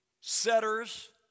setters